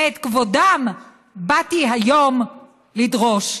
ואת כבודם באתי היום לדרוש.